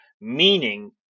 meaning